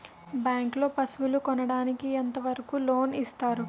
Bank లో పశువుల కొనడానికి ఎంత వరకు లోన్ లు ఇస్తారు?